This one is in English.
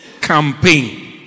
Campaign